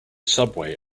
subway